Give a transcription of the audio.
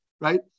Right